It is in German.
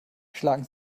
schlagen